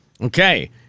Okay